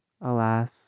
Alas